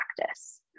practice